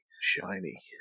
Shiny